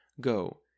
Go